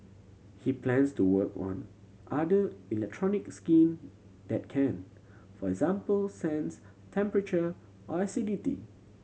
he plans to work on other electronic skin that can for example sense temperature or acidity